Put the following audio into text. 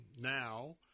now